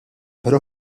però